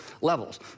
levels